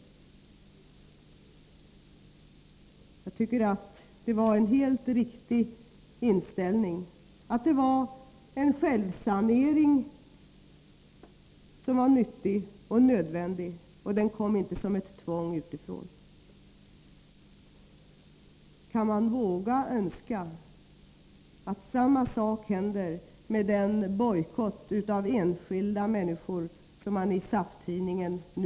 Jag tycker att det var en helt riktig inställning. Det var en självsanering som var nyttig och nödvändig, och den kom inte som ett tvång utifrån. Kan man våga önska att samma sak händer med den bojkott av enskilda människor som nu föreslås i SAF-tidningen?